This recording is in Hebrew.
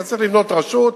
אתה צריך לבנות רשות,